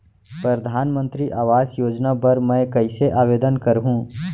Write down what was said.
परधानमंतरी आवास योजना बर मैं कइसे आवेदन करहूँ?